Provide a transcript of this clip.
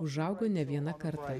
užaugo ne viena karta